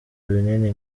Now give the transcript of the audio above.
binini